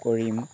কৰিম